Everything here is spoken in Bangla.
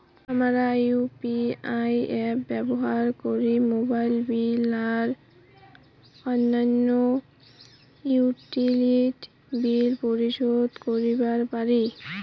হামরা ইউ.পি.আই অ্যাপস ব্যবহার করি মোবাইল বিল আর অইন্যান্য ইউটিলিটি বিল পরিশোধ করিবা পারি